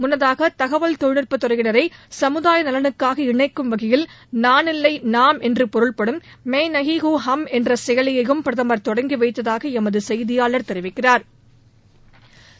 முன்னதாக தகவல் தொழில்நுட்பத் துறையினரை சமுதாய நலனுக்காக இணைக்கும் வகையில் நான் இல்லை நாம் என்று பொருள்படும் மை நஹி ஹூம் என்ற செயலியையும் பிரதம் தொடங்கி வைத்ததாக எமது செய்தியாளா் தெரிவிக்கிறாா்